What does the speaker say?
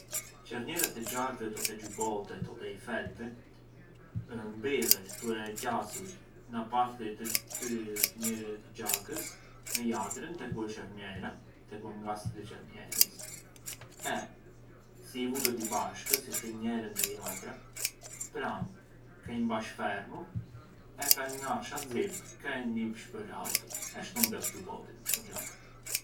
Çerniera te xhakët o te xhubotet o te i felpi mbyllet tue qasur na parti të njerë- të xhakës te ku ë çerniera te ku ë ngasti të çernierës e si i vu të dy bashkë, si hinë njerën te jatra, pra’ ka i mbash fermu e ka rnarsh a zip e ka ngjipsh për autu e ‘shut mbyll xhubotin o xhakën.